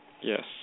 Yes